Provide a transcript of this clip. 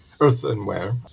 earthenware